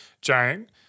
giant